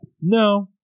no